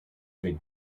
big